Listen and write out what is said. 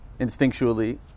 instinctually